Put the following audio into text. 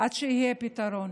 עד שיהיה פתרון.